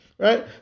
Right